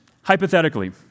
hypothetically